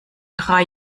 drei